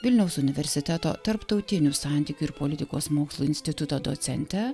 vilniaus universiteto tarptautinių santykių ir politikos mokslų instituto docente